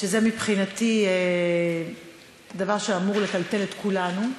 שזה מבחינתי דבר שאמור לטלטל את כולנו,